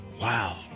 Wow